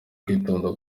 kwitonda